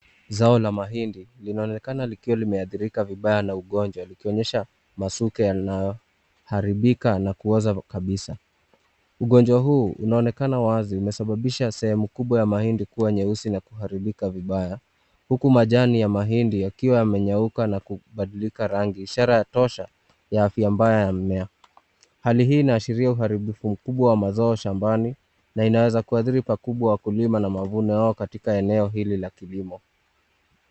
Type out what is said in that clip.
Zao la mahindi linaonekana likiwa limeadhirika vibaya na ugonjwa likionyesha masuke yanayoharibika na kuoza kabisa. Ugonjwa huu unaoneka wazi umesababisha sehemu kubwa ya mahindi kuwa nyeusi na kuharibika vibaya, huku majani ya mahindi yakiwa yamenyauka na kubadilika rangi, ishara tosha ya afya mbaya ya mimea. Hali hii inaashiria uharibifu mkubwa wa mazao shambani na inaweza kuadhiri pakubwa wakulima na mavuno yao katika eneo hili la kilimo.